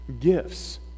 gifts